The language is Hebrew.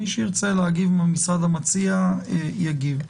מי שירצה להגיב מהמשרד המציע יגיב.